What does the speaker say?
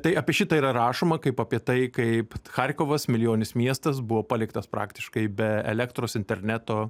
tai apie šitą yra rašoma kaip apie tai kaip charkovas milijoninis miestas buvo paliktas praktiškai be elektros interneto